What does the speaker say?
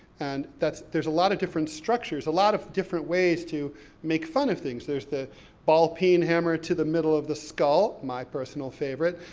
and that's, there's a lot of different structures, a lot of different ways to make fun of things. there's the ball peen hammer to the middle of the skull, my personal favorite.